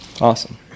Awesome